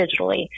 digitally